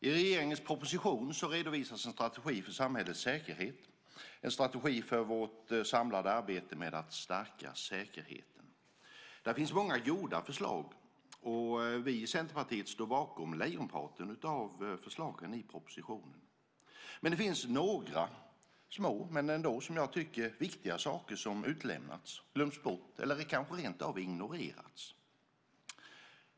I regeringens proposition redovisas en strategi för samhällets säkerhet - en strategi för vårt samlade arbete med att stärka säkerheten. Där finns många goda förslag, och vi i Centerpartiet står bakom lejonparten av förslagen i propositionen. Men det finns några små men ändå viktiga saker som har utelämnats, glömts bort eller rentav ignorerats.